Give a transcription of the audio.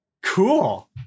Cool